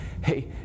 Hey